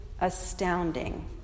astounding